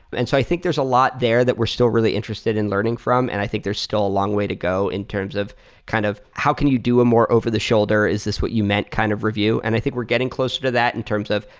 and so i think there's a lot there that we're still really interested in learning from, and i think there's still a long way to go in terms of kind of how can you do a more over the shoulder? is this what you meant kind of review? and i think we're getting close to to that in terms of,